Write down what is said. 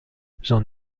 j’en